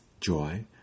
joy